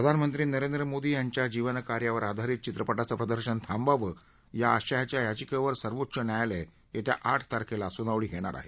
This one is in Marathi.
प्रधानमंत्री नरेंद्र मोदी यांच्या जीवन कार्यावर आधारित चित्रपटाचं प्रदर्शन थांबवावं या आशयाच्या याचिकेवर सर्वोच्च न्यायालय येत्या आठ तारखेला सुनावणी घेणार आहे